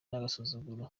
n’agasuzuguro